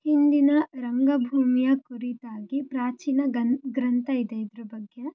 ಹಿಂದಿನ ರಂಗಭೂಮಿಯ ಕುರಿತಾಗಿ ಪ್ರಾಚೀನ ಗನ್ ಗ್ರಂಥ ಇದೆ ಇದರ ಬಗ್ಗೆ